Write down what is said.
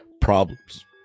problems